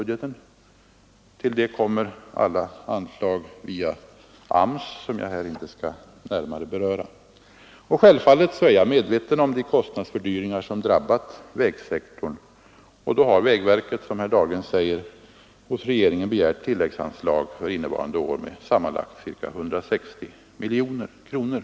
Därtill kommer alla anslag via AMS som jag här inte skall närmare beröra. Självfallet är jag medveten om de kostnadsfördyringar som drabbat vägsektorn. För att täcka dessa kostnadsfördyringar har vägverket, som herr Dahlgren säger, hos regeringen begärt tilläggsanslag för innevarande år med sammanlagt ca 160 miljoner kronor.